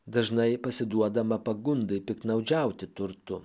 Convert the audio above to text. dažnai pasiduodama pagundai piktnaudžiauti turtu